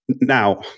Now